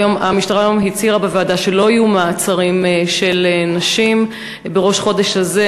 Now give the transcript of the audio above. המשטרה היום הצהירה בוועדה שלא יהיו מעצרים של נשים בראש חודש זה.